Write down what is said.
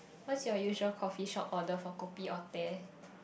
what's your usual coffee shop order for coffee or tea